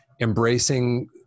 embracing